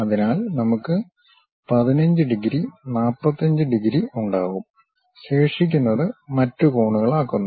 അതിനാൽ നമുക്ക് 15 degree 45 degree ഉണ്ടാകും ശേഷിക്കുന്നത് മറ്റ് കോണുകളാക്കുന്നു